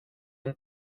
und